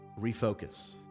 refocus